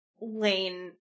Lane